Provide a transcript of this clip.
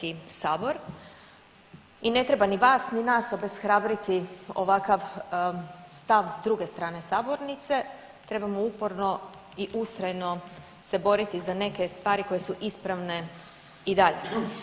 I ne treba ni vas ni nas obeshrabriti ovakav stav s druge strane sabornice, trebamo uporno i ustrajno se boriti za neke stvari koje su ispravne i dalje.